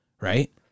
right